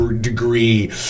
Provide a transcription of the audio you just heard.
degree